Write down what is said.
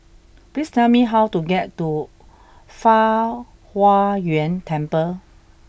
please tell me how to get to Fang Huo Yuan Temple